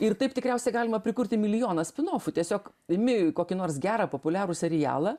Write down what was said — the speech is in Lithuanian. ir taip tikriausiai galima prikurti milijoną spinofų tiesiog imi kokį nors gerą populiarų serialą